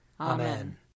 Amen